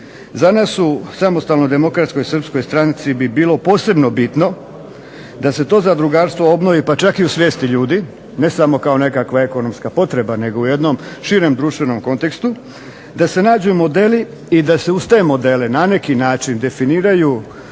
Za nas u Samostalnoj demokratskoj srpskoj stranci bi bilo posebno bitno da se to zadrugarstvo obnovi, pa čak i u svijesti ljudi, ne samo kao nekakva ekonomska potreba, nego u jednom širem društvenom kontekstu, da se nađu modeli i da se uz te modele na neki način definiraju